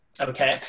Okay